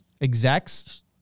Execs